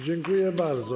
Dziękuję bardzo.